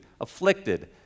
afflicted